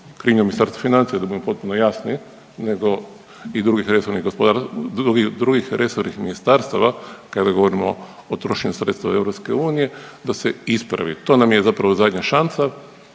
rekao pogrešno ne može … da budemo potpuno jasni nego i drugih resornih ministarstava kada govorim o trošenju sredstva EU da se ispravi. To nam je zapravo zadnja šansa